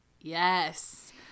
Yes